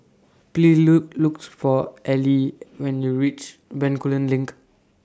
Please Look looks For Aili when YOU REACH Bencoolen LINK